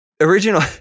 original